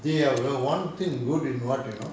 they are one thing good in what you know